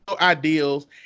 ideals